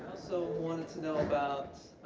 so wanted to know about